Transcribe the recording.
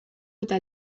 eta